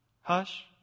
hush